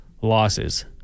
losses